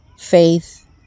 Faith